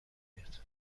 میاد